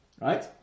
Right